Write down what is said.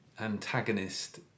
antagonist